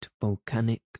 volcanic